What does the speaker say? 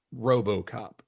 Robocop